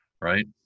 right –